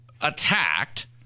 attacked